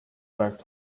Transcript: back